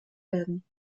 werden